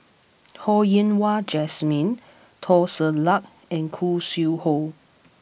Ho Yen Wah Jesmine Teo Ser Luck and Khoo Sui Hoe